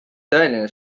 tõeline